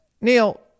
neil